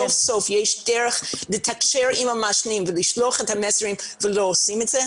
סוף סוף יש דרך לתקשר עם המעשנים ולשלוח את המסר אבל לא עושים זאת.